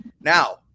Now